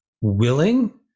willing